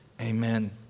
Amen